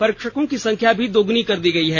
परीक्षकों की संख्या भी दोगुनी कर दी गई है